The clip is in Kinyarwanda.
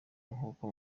nk’uko